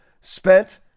spent